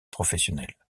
professionnelles